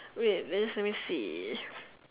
wait there's let me see